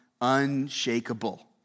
unshakable